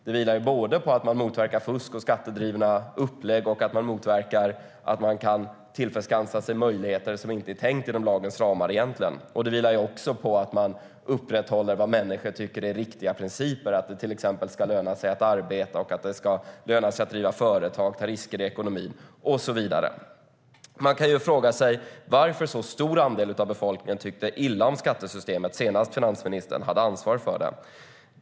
Det vilar både på att man motverkar fusk och skattedrivna upplägg och på att man motverkar att människor tillförskansar sig möjligheter som egentligen inte är tänkta att finnas inom lagens ramar. Det vilar också på att man upprätthåller vad människor tycker är riktiga principer: att det ska löna sig att arbeta, att det ska löna sig att driva företag, att ta risker i ekonomin och så vidare. Man kan fråga sig varför en så stor andel av befolkningen tyckte illa om skattesystemet senast finansministern hade ansvar för det.